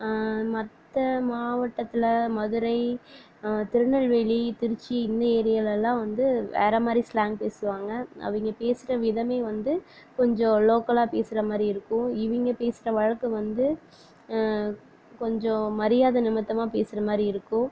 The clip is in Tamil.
மற்ற மாவட்டத்தில் மதுரை திருநெல்வேலி திருச்சி இந்த ஏரியாவில்லாம் வந்து வேறே மாதிரி ஸ்லாங் பேசுவாங்க அவங்க பேசுகிற விதமே வந்து கொஞ்சம் லோக்கலாக பேசுகிற மாதிரி இருக்கும் இவங்க பேசுகிற வழக்கு வந்து கொஞ்சம் மரியாதை நிமித்தமா பேசுகிற மாதிரி இருக்கும்